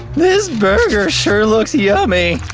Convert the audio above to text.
this burger sure looks yummy!